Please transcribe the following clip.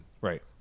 Right